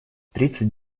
тридцать